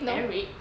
eric